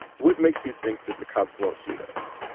what makes you think that the cops won't shoot us?